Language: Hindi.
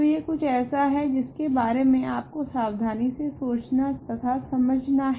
तो यह कुछ ऐसा है जिसके बारे मे आपको सावधानी से सोचना तथा समझना हैं